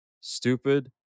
stupid